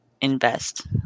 invest